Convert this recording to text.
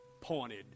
pointed